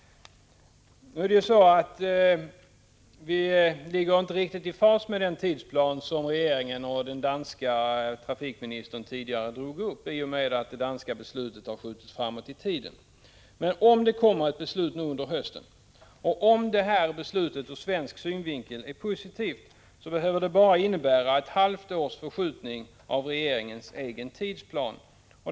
Nu är det ju så att vi inte ligger riktigt i fas med den tidsplan som regeringen och den danska trafikministern tidigare drog upp, i och med att det danska beslutet skjutits framåt i tiden. Men om det kommer ett beslut nu under hösten och om det här beslutet ur svensk synvinkel är positivt, behöver det bara innebära ett halvt års förskjutning av regeringens egen tidsplan.